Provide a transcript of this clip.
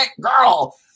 girl